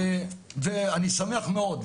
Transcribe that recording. ואני שמח מאוד,